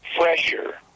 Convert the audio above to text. fresher